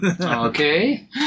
Okay